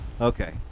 Okay